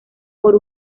por